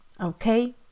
Okay